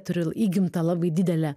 turiu įgimtą labai didelę